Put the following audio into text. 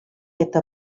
eta